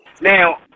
now